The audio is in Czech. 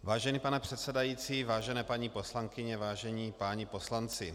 Vážený pane předsedající, vážené paní poslankyně, vážení páni poslanci.